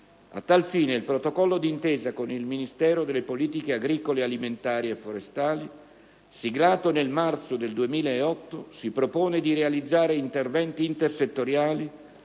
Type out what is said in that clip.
A tal fine, il protocollo d'intesa con il Ministero delle politiche agricole alimentari e forestali, siglato nel marzo 2008, si propone di realizzare interventi intersettoriali